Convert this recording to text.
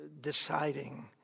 deciding